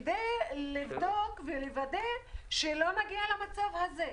כדי לבדוק ולוודא שלא נגיע למצב הזה.